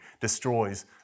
destroys